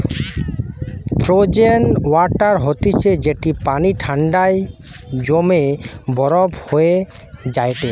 frozen water হতিছে যেটি পানি ঠান্ডায় জমে বরফ হয়ে যায়টে